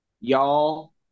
y'all